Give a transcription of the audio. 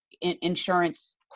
insurance